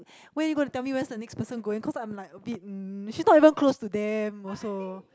when you gonna tell me where's the next person going cause I'm like a bit um she's not even close to them also